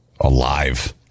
alive